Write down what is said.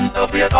of days,